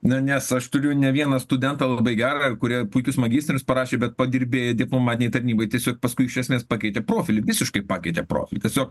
na nes aš turiu ne vieną studentą labai gerą kurie puikius magistrinius parašė bet padirbėję diplomatinėj tarnyboj tiesiog paskui iš esmės pakeitė profilį visiškai pakeitė profilį tiesiog